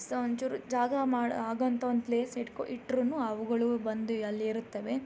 ಸ ಒಂಚೂರು ಜಾಗ ಮಾಡಿ ಆಗೋಂತ ಒಂದು ಪ್ಲೇಸ್ ಇಟ್ಕೊ ಇಟ್ಟರೂನು ಅವುಗಳು ಬಂದು ಅಲ್ಲಿರುತ್ತವೆ